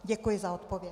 Děkuji za odpověď.